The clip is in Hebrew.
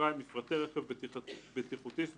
(מפרטי רכב בטיחותי),